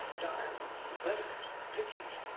diaries and letters pictures,